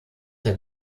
der